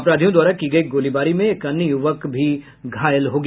अपराधियों द्वारा की गयी गोलीबारी में एक अन्य युवक भी घायल हो गया